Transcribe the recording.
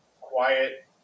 quiet